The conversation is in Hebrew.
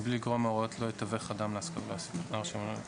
בסעיפים (ב), (ג) ו-(ד) ראיתי מקומות שנוסיף.